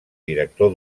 director